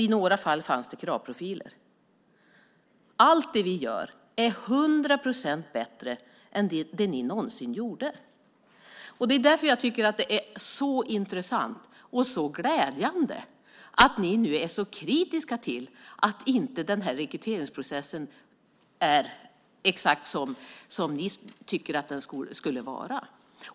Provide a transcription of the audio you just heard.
I några fall fanns det kravprofiler. Allt det vi gör är hundra procent bättre än det ni någonsin gjorde. Det är därför jag tycker att det är så intressant och så glädjande att ni nu är så kritiska till att den här rekryteringsprocessen inte är exakt som ni tycker att den skulle vara.